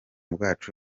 bwacu